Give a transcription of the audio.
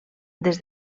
des